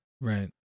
Right